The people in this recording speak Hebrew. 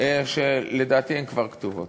שלדעתי הן כבר כתובות.